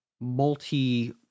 multi-